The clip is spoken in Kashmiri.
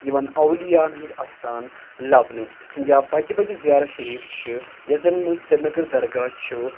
یِوان اولیاء ہَن ہِنٛدۍ اَستان لَبنہٕ یا بَجہِ بَجہِ زِیارَت شٔریٖف چھِ یَتھ زَن منٛز سرینگر درگاہ چھُ